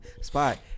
spot